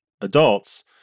adults